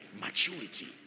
Maturity